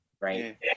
right